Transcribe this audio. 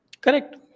Correct